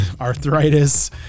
arthritis